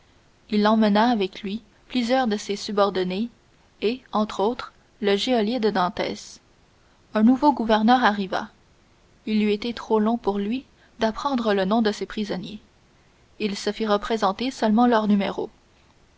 il emmena avec lui plusieurs de ses subordonnés et entre autres le geôlier de dantès un nouveau gouverneur arriva il eût été trop long pour lui d'apprendre les noms de ses prisonniers il se fit représenter seulement leurs numéros